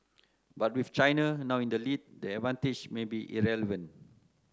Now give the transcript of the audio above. but with China now in the lead the advantage may be irrelevant